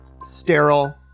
sterile